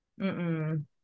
-mm